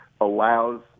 allows